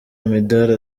imidari